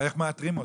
ואיך מאתרים אותו.